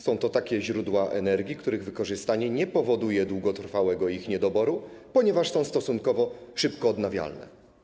Są to takie źródła energii, których wykorzystanie nie powoduje długotrwałego ich niedoboru, ponieważ są stosunkowo szybko odnawialne.